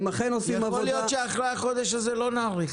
הם אכן עושים עבודה --- יכול להיות שאחרי החודש הזה לא נאריך.